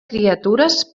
criatures